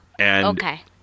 Okay